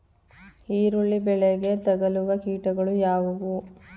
ಈರುಳ್ಳಿ ಬೆಳೆಗೆ ತಗಲುವ ಕೀಟಗಳು ಯಾವುವು?